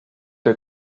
der